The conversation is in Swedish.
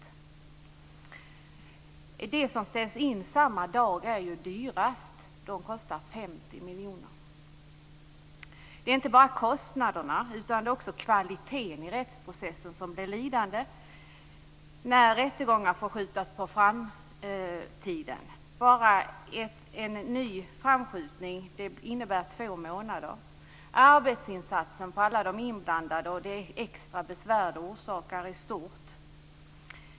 De brottmål som ställs in samma dag är ju dyrast. De kostar 50 miljoner kronor. Detta handlar inte bara om kostnaderna. Kvaliteten i rättsprocessen blir också lidande när rättegångar får skjutas på framtiden. En framskjutning innebär två månader. Arbetsinsatsen för alla de inblandade är stor, och det extra besvär som det orsakar är stort.